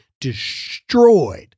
destroyed